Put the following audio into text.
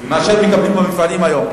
מאשר מקבלים במפעלים היום,